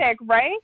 right